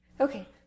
Okay